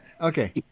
okay